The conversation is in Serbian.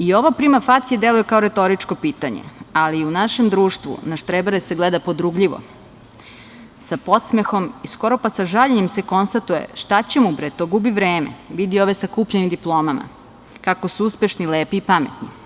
I ova „prima facie“ deluje kao retoričko pitanje, ali u našem društvu na štrebere se gleda podrugljivo, sa podsmehom, skoro pa sa žaljenjem se konstatuje - šta će mu bre to, gubi vreme, vidi ove sa kupljenim diplomama kako su uspešni, lepi i pametni.